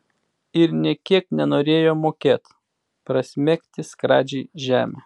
ir nė kiek nenorėjo mokėt prasmegti skradžiai žemę